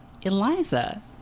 Eliza